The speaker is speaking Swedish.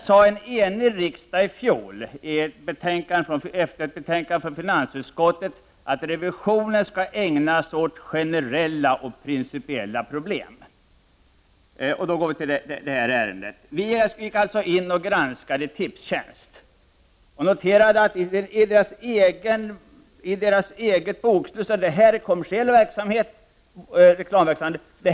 I fjol sade en enig riksdag, efter ett betänkande från finansutskottet, att revisionen skall ägnas åt generella och principiella problem. När det gäller det här ärendet gick vi alltså in och granskade Tipstjänst. Vi noterade att det i bolagets bokslut sades att det här gällde kommersiell verksamhet — reklamverksamhet.